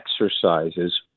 exercises